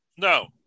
No